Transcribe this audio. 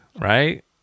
right